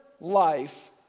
life